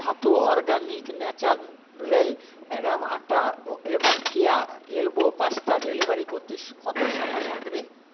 ধাতু organic natural অ্যারাম আটা এবং কেয়া এলবো পাস্তা ডেলিভারি করতে কত সময় লাগবে